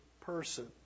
person